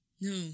No